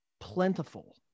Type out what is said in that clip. plentiful